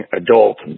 adult